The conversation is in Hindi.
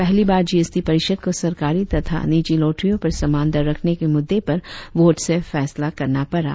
पहली बार जी एस टी परिषद को सरकारी तथा निजी लॉटरियों पर समान दर रखने के मुद्दे पर वोट से फैसला करना पड़ा